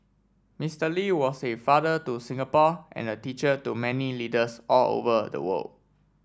Mister Lee was a father to Singapore and a teacher to many leaders all over the world